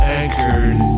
anchored